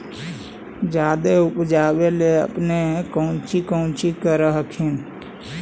जादे उपजाबे ले अपने कौची कौची कर हखिन?